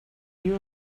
you